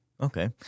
Okay